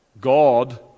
God